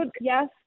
Yes